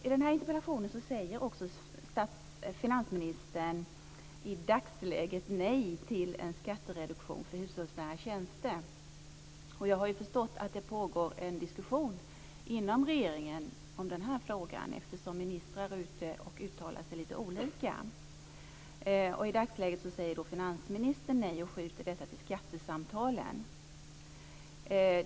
I interpellationssvaret säger finansministern i dagsläget nej till en skattereduktion för hushållsnära tjänster. Jag har förstått att det pågår en diskussion inom regeringen i denna fråga eftersom ministrar är ute och gör lite olika uttalanden. I dagsläget säger finansministern nej och skjuter över frågan till skattesamtalen.